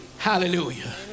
Hallelujah